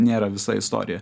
nėra visa istorija